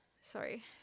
Sorry